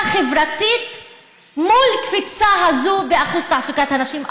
חברתית מול הקפיצה הזאת באחוז תעסוקת הנשים,